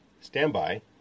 standby